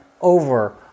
over